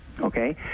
Okay